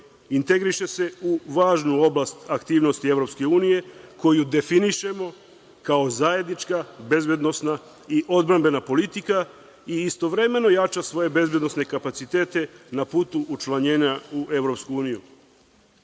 integriše se u važnu oblast aktivnosti EU, koju definišemo kao zajednička bezbednosna i odbrambena politika i istovremeno jača svoje bezbednosne kapacitete na putu učlanjenja u